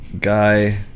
guy